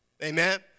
Amen